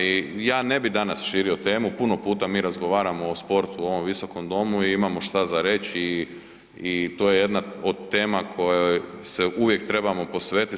I ja ne bi danas širio temu, puno puta mi razgovaramo o sportu u ovom visokom domu i imamo šta za reć i, i to je jedna od tema kojoj se uvijek trebamo posvetit.